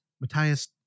matthias